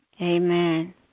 Amen